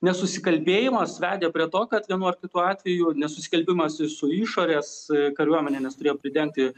nesusikalbėjimas vedė prie to kad vienu ar kitu atveju nesusiskalbimas ir su išorės kariuomene nes turėjo pridengti